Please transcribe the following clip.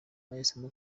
bahisemo